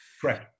Correct